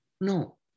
No